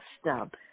stub